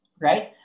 right